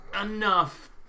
enough